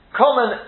common